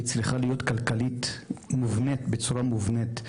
היא צריכה להיות כלכלית בצורה מובנית.